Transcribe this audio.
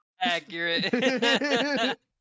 accurate